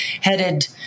headed